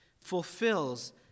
fulfills